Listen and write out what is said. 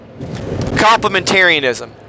complementarianism